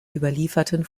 überlieferten